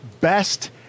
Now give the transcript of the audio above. best